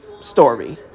story